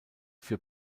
für